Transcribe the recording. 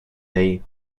day